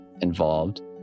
involved